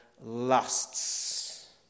lusts